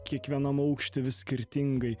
kiekvienam aukšte vis skirtingai